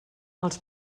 els